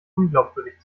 unglaubwürdig